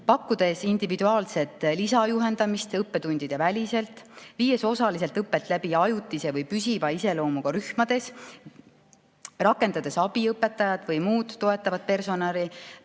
pakkudes individuaalset lisajuhendamist õppetundideväliselt, viies osaliselt õpet läbi ajutise või püsiva iseloomuga rühmades, rakendades abiõpetajat või muud toetavat personali,